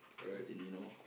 as in you know